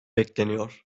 bekleniyor